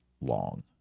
long